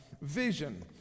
vision